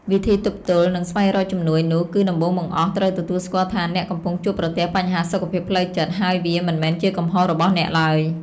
វិធីទប់ទល់ និងស្វែងរកជំនួយនោះ គឺដំបូងបង្អស់ ត្រូវទទួលស្គាល់ថាអ្នកកំពុងជួបប្រទះបញ្ហាសុខភាពផ្លូវចិត្ត ហើយវា មិនមែនជាកំហុសរបស់អ្នក ឡើយ។